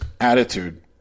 attitude